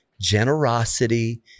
generosity